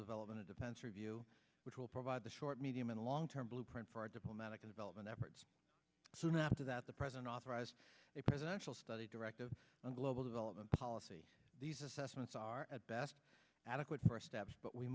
developing a defense review which will provide the short medium and long term blueprint for our diplomatic development efforts soon after that the president authorized a presidential study directive on global development policy these assessments are at best adequate first steps but we